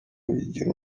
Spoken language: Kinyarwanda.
igira